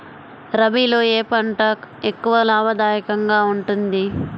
రబీలో ఏ పంట ఎక్కువ లాభదాయకంగా ఉంటుంది?